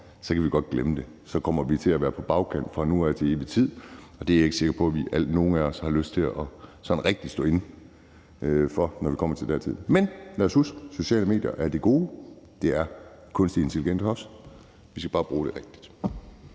kan vi godt glemme det, for så kommer vi til at være på bagkant fra nu af og til evig tid, og det er jeg ikke sikker på nogen af os har lyst til rigtig at stå inde for, når vi kommer til den tid. Men lad os huske, at sociale medier er af det gode, og det er kunstig intelligens også, men vi skal bare bruge det rigtigt.